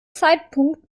zeitpunkt